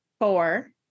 four